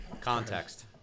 Context